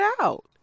out